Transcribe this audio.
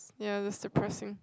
ya is depressing